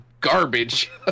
garbage